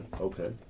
okay